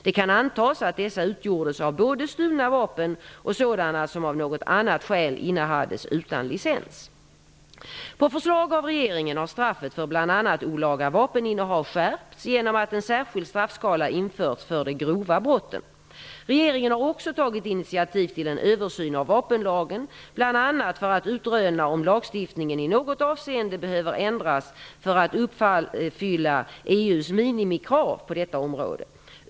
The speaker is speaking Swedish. Det kan antas att dessa utgjordes av både stulna vapen och sådana som av något annat skäl innehades utan licens. På förslag av regeringen har straffet för bl.a. olaga vapeninnehav skärpts genom att en särskild straffskala införts för de grova brotten. Regeringen har också tagit initiativ till en översyn av vapenlagen, bl.a. för att utröna om lagstiftningen i något avseende behöver ändras för att uppfylla EU:s minimikrav på detta område.